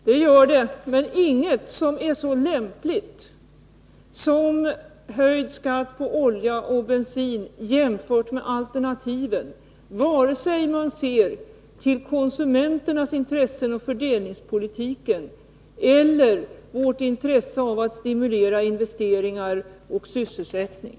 Fru talman! Ja, det gör det, men det finns ingen som är så lämplig som höjd skatt på olja och bensin — vare sig man ser till konsumenternas intressen och fördelningspolitiken eller till vårt intresse av att stimulera investeringar och sysselsättning.